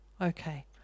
Okay